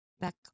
back